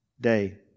day